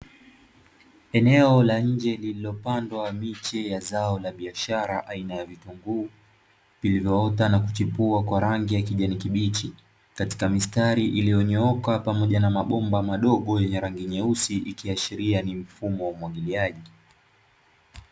Eneo la nje lililo pandwa miche ya zao la biashara aina ya vitunguu vilivyo ota na kuchipua kwa rangi ya kijani kibichi, katika mistari iliyo nyooka pamoja na mabomba madogo yenye rangi nyeusi ikiashiria ni mfumo wa umwagiliaji .